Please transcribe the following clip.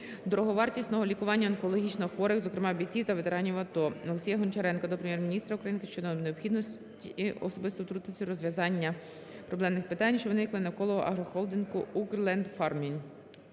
дороговартісного лікування онкологічно хворих, зокрема бійців та ветеранів АТО. Олексія Гончаренка до Прем'єр-міністра України щодо необхідності особисто втрутитись в розв'язання проблемних питань, що виникли навколо агрохолдингу "UkrLandFarming".